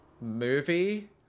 movie